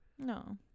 no